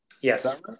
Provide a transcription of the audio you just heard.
Yes